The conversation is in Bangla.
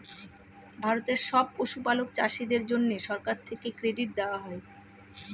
ভারতের সব পশুপালক চাষীদের জন্যে সরকার থেকে ক্রেডিট দেওয়া হয়